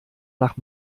nach